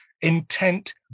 intent